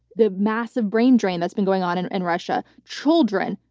the massive brain drain that's been going on and in russia. children,